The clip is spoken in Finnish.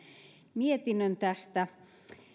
mietinnön tästä